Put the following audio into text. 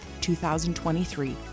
2023